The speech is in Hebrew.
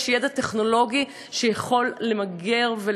יש ידע טכנולוגי שיכול לסייע למגר את